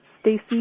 Stacey